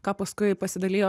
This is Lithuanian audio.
ką paskui pasidalijo